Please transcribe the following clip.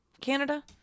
canada